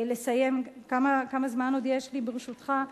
לסיים, כמה זמן עוד יש לי, ברשותך?